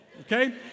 Okay